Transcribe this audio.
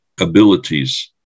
abilities